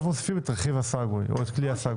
מוסיפים את רכיב הסגווי או את כלי הסגווי.